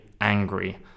angry